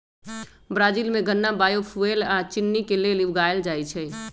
Brazil में गन्ना biofuel आ चिन्नी के लेल उगाएल जाई छई